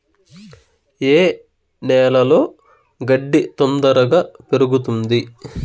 ఏ నేలలో గడ్డి తొందరగా పెరుగుతుంది